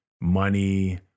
money